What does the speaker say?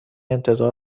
انتظار